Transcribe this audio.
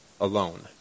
alone